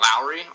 Lowry